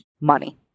money